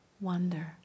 wonder